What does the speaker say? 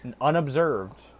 unobserved